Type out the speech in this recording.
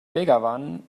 begawan